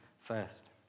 first